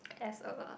as a